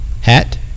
hat